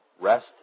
Rest